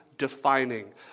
defining